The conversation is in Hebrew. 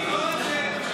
תראה,